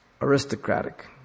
aristocratic